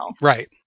right